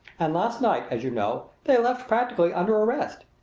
and last night, as you know, they left practically under arrest.